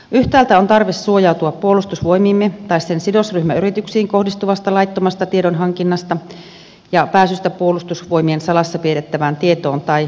yhtäältä on tarve suojautua puolustusvoimiimme tai sen sidosryhmäyrityksiin kohdistuvasta laittomasta tiedonhankinnasta ja pääsystä puolustusvoimien salassa pidettävään tietoon tai materiaaliin